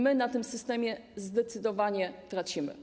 My na tym systemie zdecydowanie tracimy.